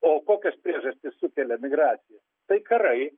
o kokios priežastys sukelia migraciją tai karai